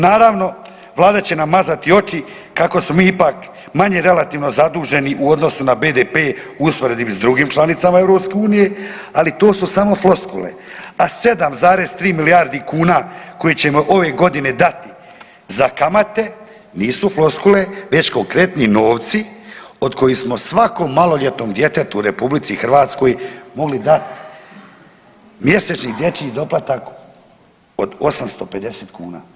Naravno, Vlada će nam mazati oči kako smo mi ipak manje relativno zaduženo u odnosu na BDP u usporedbi sa drugim članicama EU-a ali to su samo floskule a 7,3 milijardi kuna koje ćemo ove godine dati za kamate, nisu floskule već konkretni novci od kojih smo svako maloljetnom djetetu u RH mogli dat mjesečni dječji doplatak od 850 kuna.